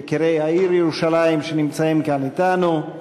יקירי העיר ירושלים שנמצאים כאן אתנו,